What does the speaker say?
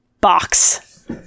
box